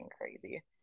crazy